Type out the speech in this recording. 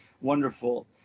wonderful